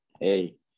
hey